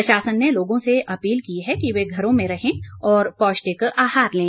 प्रशासन ने लोगों से अपील की है कि ये घरों में रहे और पौष्टिक आहार लें